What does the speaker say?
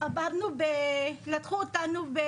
באו ולקחו אותנו.